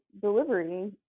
delivery